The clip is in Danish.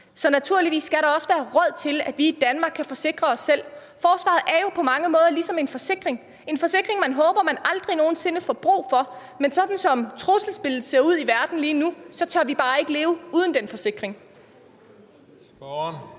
så naturligvis skal der også være råd til, at vi i Danmark kan forsikre os selv. Forsvaret er jo på mange måder ligesom en forsikring – en forsikring, man håber man aldrig nogen sinde får brug for. Men som trusselsbilledet ser ud i verden lige nu, tør vi bare ikke leve uden den forsikring.